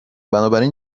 بنابراین